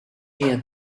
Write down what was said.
hear